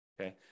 okay